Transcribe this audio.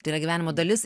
tai yra gyvenimo dalis